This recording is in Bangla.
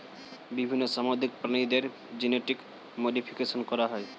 বিভিন্ন সামুদ্রিক প্রাণীদের জেনেটিক মডিফিকেশন করা হয়